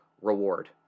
reward